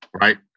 right